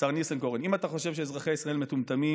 השר ניסנקורן, אם אתה חושב שאזרחי ישראל מטומטמים,